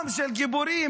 עם של גיבורים.